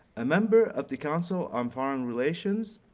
a member of the council on foreign relations,